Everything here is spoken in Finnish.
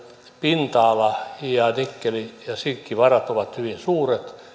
pinta ala ja nikkeli ja sinkkivarat ovat hyvin suuret